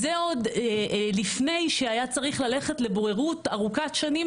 זה עוד לפני שהיה צריך ללכת לבוררות ארוכת שנים